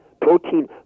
Protein